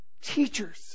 teachers